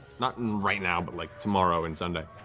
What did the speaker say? not right now, but like tomorrow and sunday.